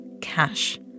cash